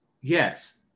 Yes